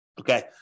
Okay